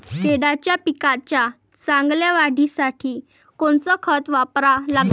केळाच्या पिकाच्या चांगल्या वाढीसाठी कोनचं खत वापरा लागन?